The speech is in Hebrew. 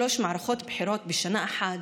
שלוש מערכות בחירות בשנה אחת,